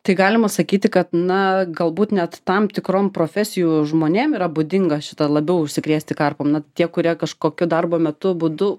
tai galima sakyti kad na galbūt net tam tikrom profesijų žmonėm yra būdinga šitą labiau užsikrėsti karpom na tie kurie kažkokiu darbo metu būdu